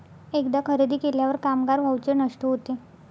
एकदा खरेदी केल्यावर कामगार व्हाउचर नष्ट होते